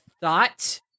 thought